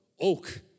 Oak